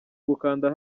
gukanda